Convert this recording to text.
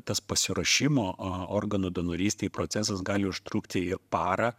tas pasiruošimo organų donorystei procesas gali užtrukti ir parą